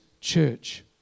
church